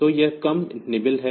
तो यह कम निबल है